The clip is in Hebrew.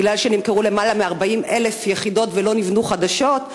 כי נמכרו למעלה מ-40,000 יחידות ולא נבנו חדשות,